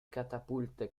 catapulte